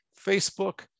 Facebook